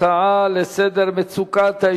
הצעות לסדר-היום מס' 2540,